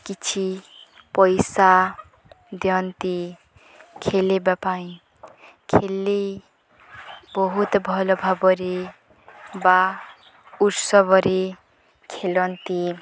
କିଛି ପଇସା ଦିଅନ୍ତି ଖେଳିବା ପାଇଁ ଖେଲି ବହୁତ ଭଲ ଭାବରେ ବା ଉତ୍ସବରେ ଖେଳନ୍ତି